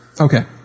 Okay